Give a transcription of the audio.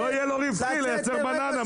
לא יהיה לו רווחי לייצר בננה,